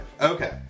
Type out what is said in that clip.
Okay